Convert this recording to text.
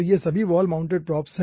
तो ये सभी वॉल माउंटेड प्रोब्स हैं